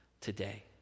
today